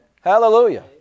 Hallelujah